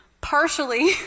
partially